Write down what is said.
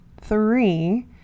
three